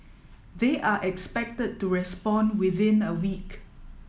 they are expected to respond within a week